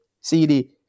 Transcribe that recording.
CD